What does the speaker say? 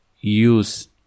use